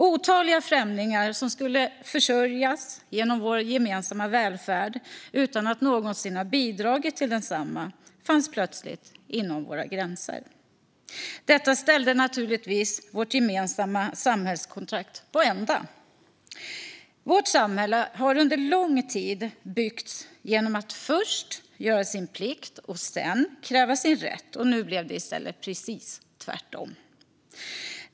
Otaliga främlingar som skulle försörjas genom vår gemensamma välfärd utan att någonsin ha bidragit till densamma fanns plötsligt inom våra gränser. Detta ställde naturligtvis vårt gemensamma samhällskontrakt på ända. Vårt samhälle har under lång tid byggts genom att man först gör sin plikt och sedan kräver sin rätt. Nu blev det i stället precis tvärtom.